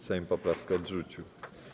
Sejm poprawki odrzucił.